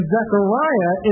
Zechariah